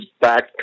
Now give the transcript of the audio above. back